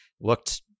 Looked